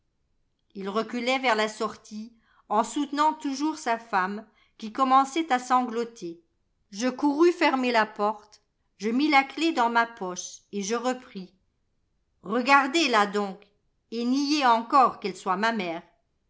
ii reculait vers la sortie en soutenant toujours sa femme qui commençait à sangloter je courus fermer la porte je mis la clef dans ma poche et je repris regardez-la donc et niez encore qu'elle soit ma mère